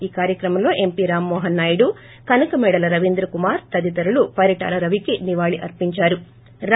ఈ కార్యక్రమంలో ఎంపీ రామ్మోహన్ నాయుడు కనకమేడల రవీంద్ర కుమార్ పదితరులు పరిటాల రవికే నివాళళి అర్చించారు